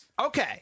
Okay